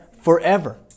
forever